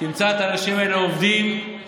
תמצא את האנשים האלה עובדים על